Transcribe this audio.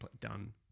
done